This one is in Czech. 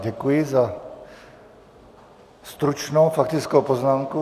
Děkuji za stručnou faktickou poznámku.